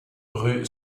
rue